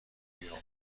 بیرون